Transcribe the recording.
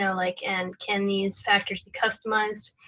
and like and can these factors be customized?